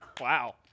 Wow